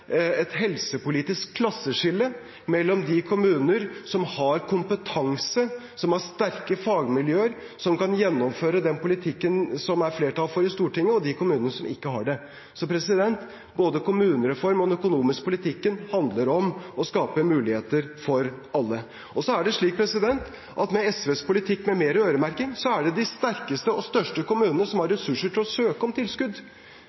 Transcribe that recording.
et helsepolitisk klasseskille mellom de kommunene som har kompetanse, som har sterke fagmiljøer, som kan gjennomføre den politikken som det er flertall for i Stortinget, og de kommunene som ikke har det. Så både kommunereformen og den økonomiske politikken handler om å skape muligheter for alle. Med SVs politikk med mer øremerking er det de sterkeste og største kommunene som har ressurser til å søke om tilskudd.